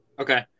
Okay